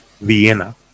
Vienna